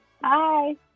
Bye